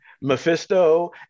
Mephisto